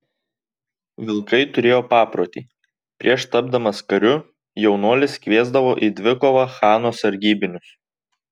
vilkai turėjo paprotį prieš tapdamas kariu jaunuolis kviesdavo į dvikovą chano sargybinius